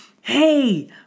hey